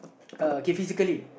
uh K physically